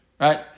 Right